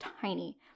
tiny